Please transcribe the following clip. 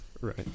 Right